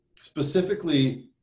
specifically